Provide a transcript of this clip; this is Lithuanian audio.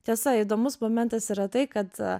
tiesa įdomus momentas yra tai kad